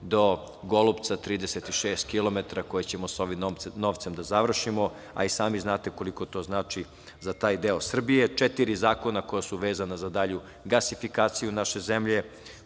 do Golupca 36 kilometra, koje ćemo s ovim novcem da završimo, a i sami znate koliko to znači za taj deo Srbije. Četiri zakona koja su vezana za dalju gasifikaciju naše zemlje,